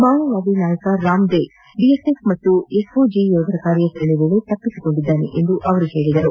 ಮಾವೋವಾದಿ ನಾಯಕ ರಾಂದೇವ ಬಿಎಸ್ಎಫ್ ಮತ್ತು ಎಸ್ಓಜಿ ಯೋಧರ ಕಾರ್ಯಾಚರಣೆ ವೇಳೆ ತಪ್ಪಿಸಿಕೊಂಡಿದ್ದಾನೆ ಎಂದು ಅವರು ತಿಳಿಸಿದರು